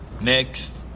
next.